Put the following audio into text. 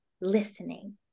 listening